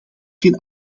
geen